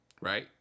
Right